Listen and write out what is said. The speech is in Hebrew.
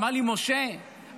הוא אמר לי: משה,